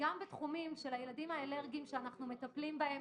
גם בתחומים של הילדים האלרגיים שאנחנו מטפלים בהם,